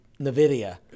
nvidia